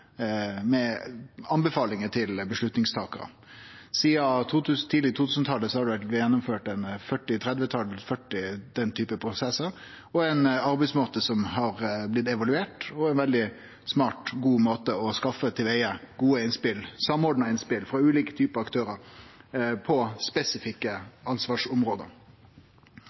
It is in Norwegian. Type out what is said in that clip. til avgjerdstakarar. Sidan tidleg på 2000-talet har det blitt gjennomført 30–40 slike prosessar. Det er ein arbeidsmåte som har blitt evaluert, og er ein veldig smart, god måte å skaffe gode, samordna innspel frå ulike aktørar på spesifikke ansvarsområde.